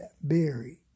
buried